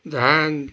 धान